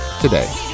today